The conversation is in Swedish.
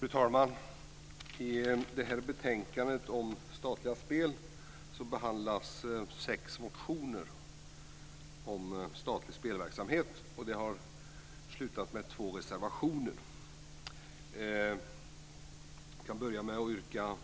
Fru talman! I det här betänkandet om statliga spel behandlas sex motioner om statlig spelverksamhet. Det har slutat med två reservationer. Jag kan börja med att yrka